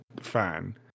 fan